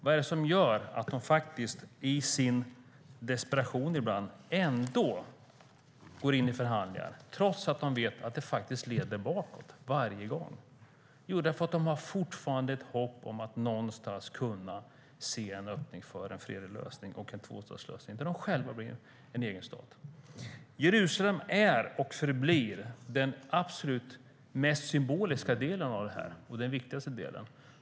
Vad är det som gör att de i sin desperation ibland går in i förhandlingar trots att de vet att det leder bakåt varje gång? Jo, de har fortfarande ett hopp om att någonstans kunna se en öppning för en fredlig lösning och en tvåstatslösning där de själva blir en egen stat. Jerusalem är och förblir den absolut mest symboliska delen av detta, och den viktigaste delen.